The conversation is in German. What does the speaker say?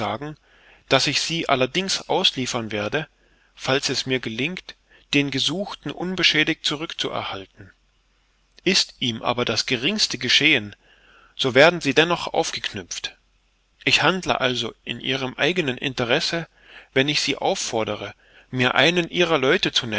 daß ich sie allerdings ausliefern werde falls es mir gelingt den gesuchten unbeschädigt zurückzuerhalten ist ihm aber das geringste geschehen so werden sie dennoch aufgeknüpft ich handle also in ihrem eigenen interesse wenn ich sie auffordere mir einen ihrer leute